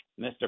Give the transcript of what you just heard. Mr